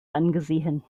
angesehen